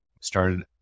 started